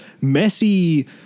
messy